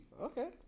Okay